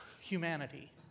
humanity